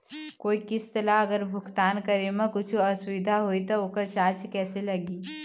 कोई किस्त ला अगर भुगतान करे म कुछू असुविधा होही त ओकर चार्ज कैसे लगी?